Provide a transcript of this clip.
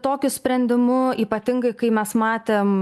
tokiu sprendimu ypatingai kai mes matėm